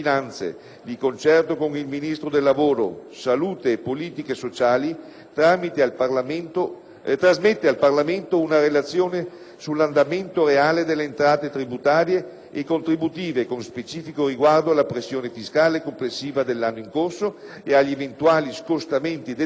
trasmette al Parlamento una relazione sull'andamento reale delle entrate tributarie e contributive con specifico riguardo alla pressione fiscale complessiva dell'anno in corso e agli eventuali scostamenti della stessa rispetto agli andamenti programmatici.